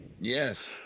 Yes